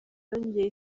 yongeye